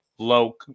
low